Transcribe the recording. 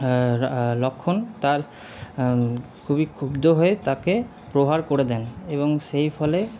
লক্ষ্মণ তার খুবই ক্ষুব্ধ হয়ে তাকে প্রহার করে দেন এবং সেই ফলে